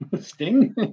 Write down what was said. Sting